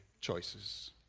choices